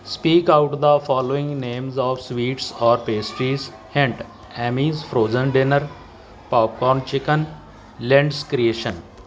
speak out the following names of sweets or pastries hint M and Ms frozen dinner popcorn chicken lands creation